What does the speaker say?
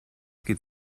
geht